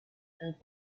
and